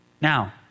Now